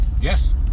Yes